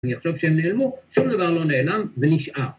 אני חושב שהם נעלמו, שום דבר לא נעלם ונשאר.